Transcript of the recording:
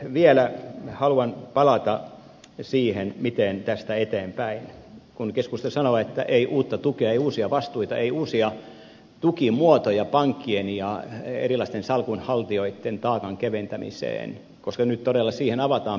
vielä haluan palata siihen miten tästä eteenpäin kun keskusta sanoo että ei uutta tukea ei uusia vastuita ei uusia tukimuotoja pankkien ja erilaisten salkunhaltijoitten taakan keventämiseen koska nyt todella siihen avataan pää